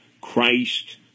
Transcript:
Christ